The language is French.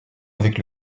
avec